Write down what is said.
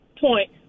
point